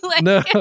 no